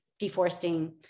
deforesting